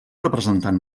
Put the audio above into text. representant